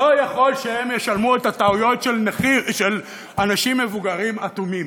לא יכול שהם ישלמו את הטעויות של אנשים מבוגרים אטומים.